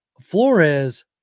Flores